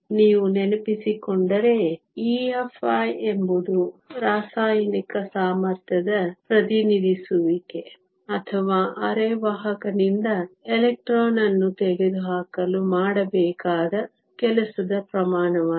ನೀವು ನೆನಪಿಸಿಕೊಂಡರೆ EFi ಎಂಬುದು ರಾಸಾಯನಿಕ ಸಾಮರ್ಥ್ಯದ ಪ್ರತಿನಿಧಿಸುವಿಕೆ ಅಥವಾ ಅರೆವಾಹಕನಿಂದ ಎಲೆಕ್ಟ್ರಾನ್ ಅನ್ನು ತೆಗೆದುಹಾಕಲು ಮಾಡಬೇಕಾದ ಕೆಲಸದ ಪ್ರಮಾಣವಾಗಿದೆ